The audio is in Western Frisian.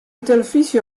telefyzje